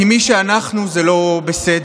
כי מי שאנחנו זה לא בסדר.